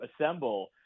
assemble